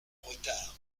retard